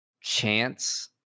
chance